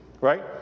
Right